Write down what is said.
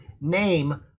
name